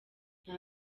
nta